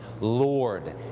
Lord